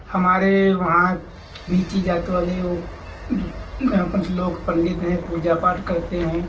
हमारे वहाँ नीची जाति वाले लोग पंडित हैं पूजा पाठ करते हैं